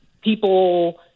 people